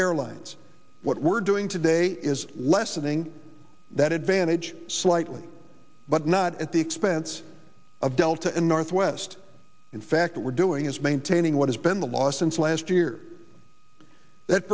airlines what we're doing today is lessening that advantage slightly but not at the expense of delta and northwest in fact what we're doing is maintaining what has been the law since last year that